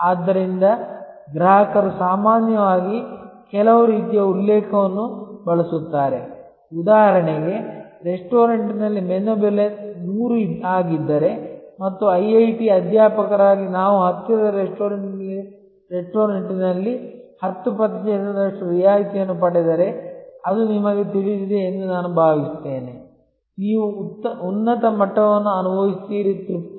ಆದ್ದರಿಂದ ಗ್ರಾಹಕರು ಸಾಮಾನ್ಯವಾಗಿ ಕೆಲವು ರೀತಿಯ ಉಲ್ಲೇಖವನ್ನು ಬಳಸುತ್ತಾರೆ ಉದಾಹರಣೆಗೆ ರೆಸ್ಟೋರೆಂಟ್ನಲ್ಲಿ ಮೆನು ಬೆಲೆ 100 ಆಗಿದ್ದರೆ ಮತ್ತು ಐಐಟಿ ಅಧ್ಯಾಪಕರಾಗಿ ನಾವು ಹತ್ತಿರದ ರೆಸ್ಟೋರೆಂಟ್ನಲ್ಲಿ 10 ಪ್ರತಿಶತದಷ್ಟು ರಿಯಾಯಿತಿಯನ್ನು ಪಡೆದರೆ ಅದು ನಿಮಗೆ ತಿಳಿದಿದೆ ಎಂದು ನಾವು ಭಾವಿಸುತ್ತೇವೆ ನೀವು ಉನ್ನತ ಮಟ್ಟವನ್ನು ಅನುಭವಿಸುತ್ತೀರಿ ತೃಪ್ತಿಯ